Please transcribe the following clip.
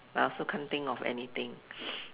I also can't think of anything